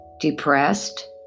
depressed